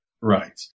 Right